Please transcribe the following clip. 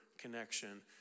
connection